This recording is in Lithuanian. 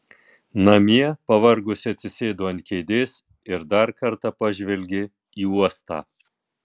namie pavargusi atsisėdo ant kėdės ir dar kartą pažvelgė į uostą